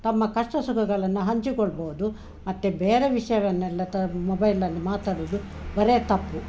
ತಮ್ಮ ಕಷ್ಟ ಸುಖಗಳನ್ನು ಹಂಚಿಕೊಳ್ಬೋದು ಮತ್ತು ಬೇರೆ ವಿಷಯಗಳನ್ನೆಲ್ಲ ತ ಮೊಬೈಲ್ನಲ್ಲಿ ಮಾತಾಡುದು ಬರೀ ತಪ್ಪು